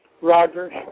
Rogers